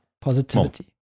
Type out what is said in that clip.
Positivity